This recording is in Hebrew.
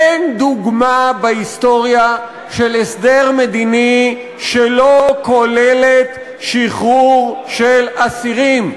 אין דוגמה בהיסטוריה של הסדר מדיני שלא כולל שחרור של אסירים.